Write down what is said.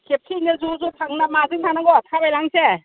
खेबसेयैनो ज' ज' थांनो ना माजों थांनांगौ थाबायलांसै